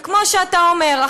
וכמו שאתה אומר,